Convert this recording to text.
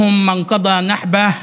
קיימו את נדרם,